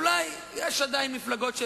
אדוני היושב-ראש?